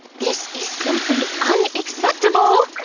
this is simply unacceptable!